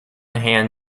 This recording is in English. han